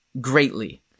greatly